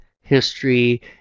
history